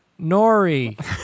nori